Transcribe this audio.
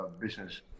business